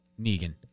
Negan